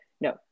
no